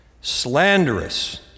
slanderous